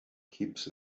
keeps